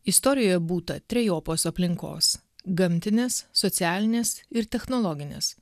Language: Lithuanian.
istorijoje būta trejopos aplinkos gamtinės socialinės ir technologinės